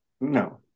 No